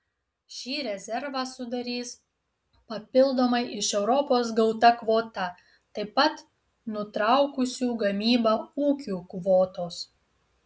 šį rezervą sudarys papildomai iš europos gauta kvota taip pat nutraukusių gamybą ūkių kvotos